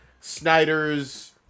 Snyder's